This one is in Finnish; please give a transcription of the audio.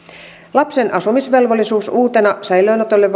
lapsen asumisvelvollisuus uutena säilöönotolle